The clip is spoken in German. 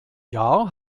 jahr